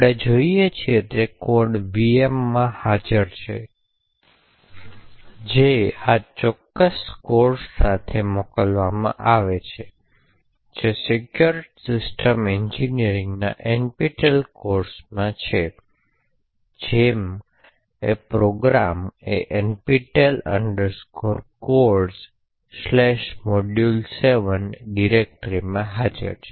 આપણે જોઈએ છીએ તે કોડ VM માં હાજર છે જે આ ચોક્કસ કોર્સ સાથે મોકલવામાં આવે છે જે secure system engineering NPTEL course છે અને જેમ કે પ્રોગ્રામ આ NPTEL Codes Module7 ડિરેક્ટરીમાં હાજર છે